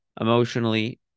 emotionally